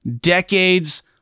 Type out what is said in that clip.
decades